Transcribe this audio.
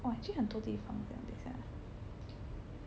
!wah! actually 很多地方的等一下